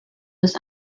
was